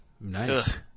Nice